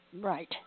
Right